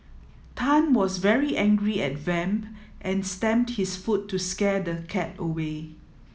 Tan was very angry at Vamp and stamped his foot to scare the cat away